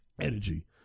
energy